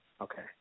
Okay